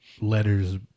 letters